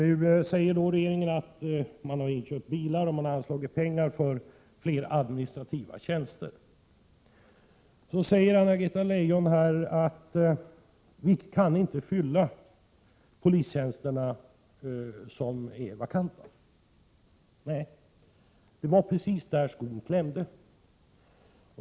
Nu säger regeringen att man inköpt bilar och anslagit pengar för fler administrativa tjänster. Så säger Anna-Greta Leijon här att vi inte kan besätta de polistjänster som är vakanta. Nej, det var precis där skon klämde.